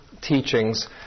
teachings